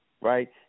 right